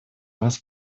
вас